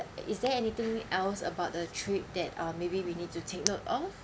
is there anything else about the trip that uh maybe we need to take note of